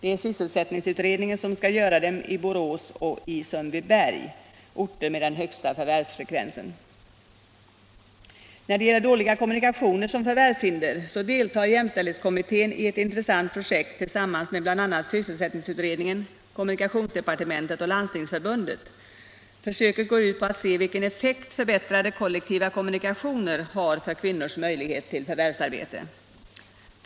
Det är sysselsättningsutredningen som skall göra den undersökningen i Borås och Sundbyberg, dvs. orter med den högsta förvärvsfrekvensen. När det gäller dåliga kommunikationer som förvärvshinder deltar jämställdhetskommittén i ett intressant projekt tillsammans med bl.a. sysselsättningsutredningen, kommunikationsdepartementet och Landstingsförbundet. De försöken går ut på att klarlägga vilken effekt förbättrade kollektiva kommunikationer har för kvinnornas möjligheter till förvärvsarbete.